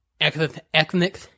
ethnic